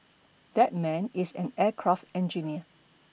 that man is an aircraft engineer